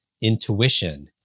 intuition